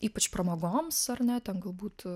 ypač pramogoms ar ne ten galbūt